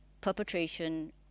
perpetration